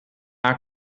haar